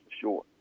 sure